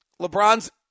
LeBron's